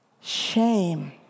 shame